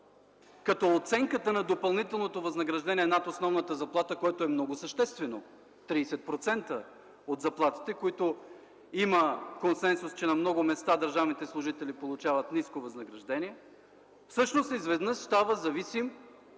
(като оценката за допълнителното възнаграждение над основната заплата, което е много съществено – 30% от заплатите; има консенсус, че на много места държавният служител получава ниско възнаграждение), всъщност изведнъж става зависим